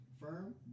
firm